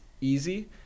easy